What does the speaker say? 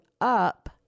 up